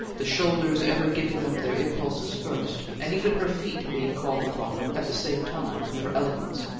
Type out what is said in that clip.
the shoulders ever giving them their impulses first, and even her feet being called upon, at the same time, for eloquence.